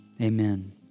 Amen